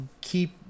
keep